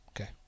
Okay